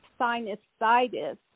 sinusitis